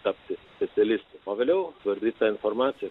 tapti specialistu o vėliau svarbi informacija